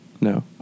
No